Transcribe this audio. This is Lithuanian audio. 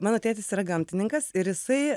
mano tėtis yra gamtininkas ir jisai